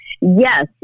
Yes